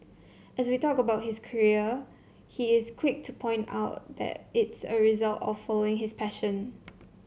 as we talk about his career he is quick to point out that it's a result of following his passion